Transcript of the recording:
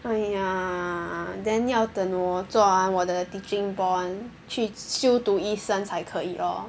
!aiya! then 要等我做完我的 teaching bond 去修读医生才可以 lor